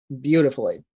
beautifully